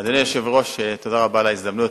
אדוני היושב-ראש, תודה רבה על ההזדמנות.